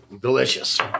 Delicious